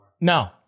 No